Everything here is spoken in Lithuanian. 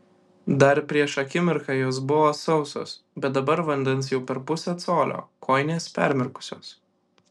dar prieš akimirką jos buvo sausos bet dabar vandens jau per pusę colio kojinės permirkusios